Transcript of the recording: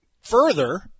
further